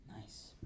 Nice